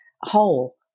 whole